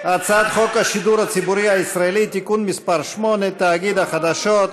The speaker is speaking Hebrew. הצעת חוק השידור הציבורי הישראלי (תיקון מס' 8) (תאגיד החדשות),